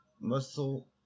muscle